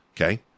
Okay